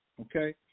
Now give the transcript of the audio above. okay